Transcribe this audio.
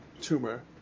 tumor